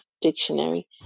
Dictionary